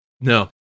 No